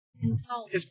insult